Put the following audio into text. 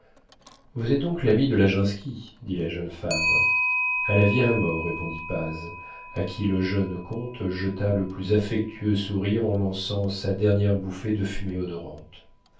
vous êtes donc l'ami de laginski dit la jeune femme a la vie à la mort répondit paz à qui le jeune comte jeta le plus affectueux sourire en lançant sa dernière bouffée de fumée odorante